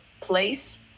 place